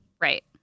Right